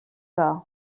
que